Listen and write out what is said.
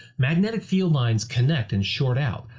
magnetic field lines connect and short out,